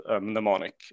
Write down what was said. mnemonic